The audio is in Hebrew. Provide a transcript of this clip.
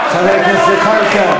חבר הכנסת זחאלקה,